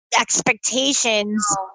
expectations